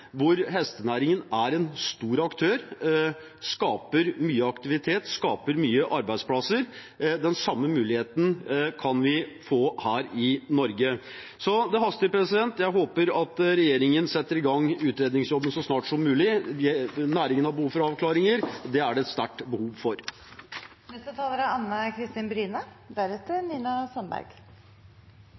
hvor hestenæringen er en stor aktør som skaper mye aktivitet og mange arbeidsplasser. Den samme muligheten kan vi få her i Norge. Det haster – jeg håper at regjeringen setter i gang utredningsjobben så snart som mulig. Næringen har et sterkt behov for avklaringer. Jeg er